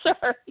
Sorry